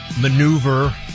maneuver